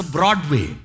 Broadway